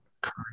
current